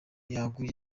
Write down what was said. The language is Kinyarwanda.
yaguye